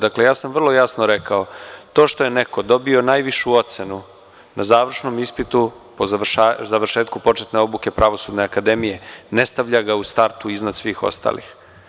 Dakle, ja sam vrlo jasno rekao, to što je neko dobio najvišu ocenu na završnom ispitu, po završetku početne obuke pravosudne akademije, ne stavlja ga u startu iznad svih ostalih.